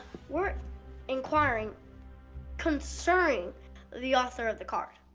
we're inquiring concerning the author of the card?